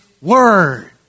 Word